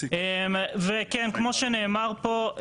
כמו שנאמר פה,